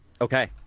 Okay